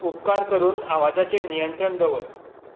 उपकार करून आवाजाचेर नियंत्रण दवर